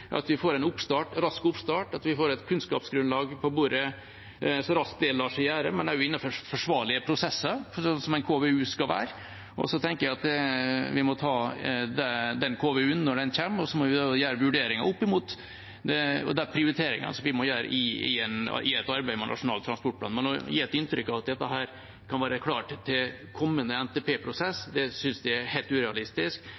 at vi får en rask oppstart, at vi får et kunnskapsgrunnlag på bordet så raskt det lar seg gjøre, men også innenfor forsvarlige prosesser, slik en KVU skal være. Jeg tenker at vi må ta den KVU-en når den kommer, og så må vi gjøre vurderinger opp mot de prioriteringene som vi må gjøre i et arbeid med Nasjonal transportplan. Men når man gir et inntrykk av at dette kan være klart til kommende